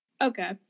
Okay